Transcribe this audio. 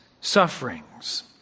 sufferings